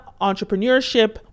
entrepreneurship